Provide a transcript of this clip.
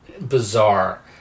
bizarre